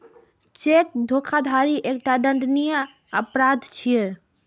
cheque धोखाधड़ी एकटा दंडनीय अपराध छियै